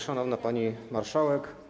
Szanowna Pani Marszałek!